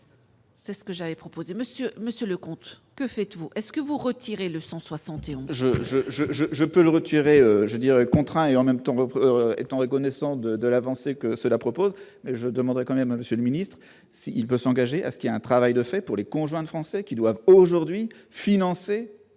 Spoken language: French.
C'est ce que j'avais proposé monsieur monsieur Leconte, que faites-vous est-ce que vous retirez le 171. Je, je, je, je, je peux le retirer, je dirais, contraint et en même temps, repreneur étant reconnaissant de de l'avancée que cela propose je demanderai quand même Monsieur le Ministre, si il peut s'engager à ce qu'il a un travail de fait pour les conjoints de Français qui doivent aujourd'hui financer